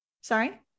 Sorry